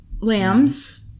lambs